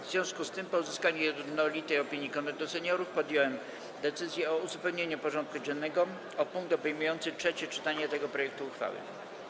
W związku z tym, po uzyskaniu jednolitej opinii Konwentu Seniorów, podjąłem decyzję o uzupełnieniu porządku dziennego o punkt obejmujący trzecie czytanie tego projektu uchwały.